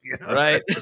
Right